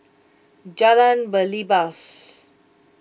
Jalan Belibas